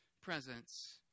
presence